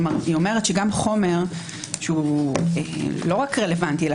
היא אומרת שגם חומר שלא רק רלוונטי אלא